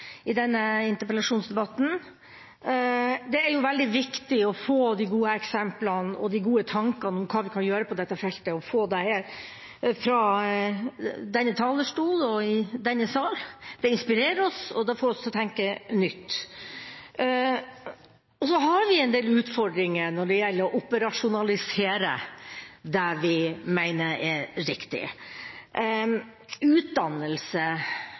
i denne interpellasjonsdebatten. Det er veldig viktig å få fram de gode eksemplene og tankene om hva vi kan gjøre på dette feltet fra denne talerstolen og i denne salen. Det inspirerer oss og det får oss til å tenke nytt. Vi har en del utfordringer når det gjelder å operasjonalisere det vi mener er riktig. Utdannelse